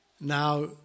Now